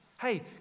Hey